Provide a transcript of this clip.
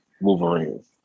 wolverine